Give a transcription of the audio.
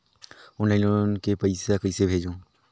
Online loan के पईसा कइसे भेजों?